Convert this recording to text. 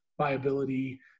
viability